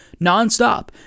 nonstop